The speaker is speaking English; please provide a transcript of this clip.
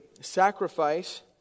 sacrifice